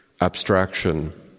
abstraction